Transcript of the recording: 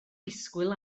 disgwyl